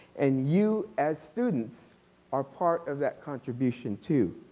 and you as students are part of that contribution, too.